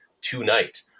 tonight